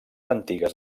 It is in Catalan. antigues